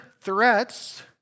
threats